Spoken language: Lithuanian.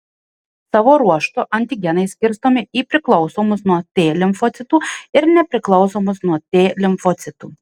savo ruožtu antigenai skirstomi į priklausomus nuo t limfocitų ir nepriklausomus nuo t limfocitų